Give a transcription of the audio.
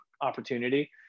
opportunity